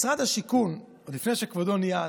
משרד השיכון, עוד לפני שכבודו נהיה שר,